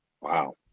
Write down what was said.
Wow